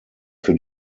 für